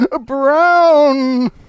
brown